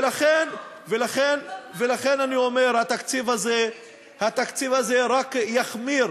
ולכן אני אומר, התקציב הזה רק יחמיר